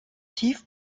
tief